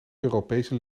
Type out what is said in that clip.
europese